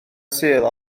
sul